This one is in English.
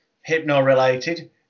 hypno-related